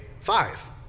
five